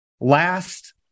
last